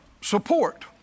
support